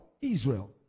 Israel